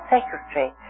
Secretary